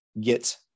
get